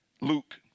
Luke